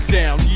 down